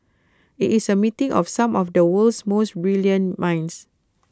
IT is A meeting of some of the world's most brilliant minds